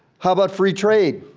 how about free trade?